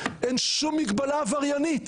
אין שום מגבלה עבריינית.